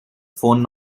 phone